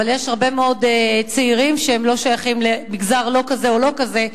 אבל יש הרבה מאוד צעירים ששייכים למגזר לא כזה ולא כזה,